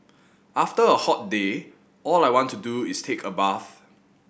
after a hot day all I want to do is take a bath